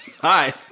Hi